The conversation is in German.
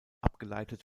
abgeleitet